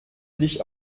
sich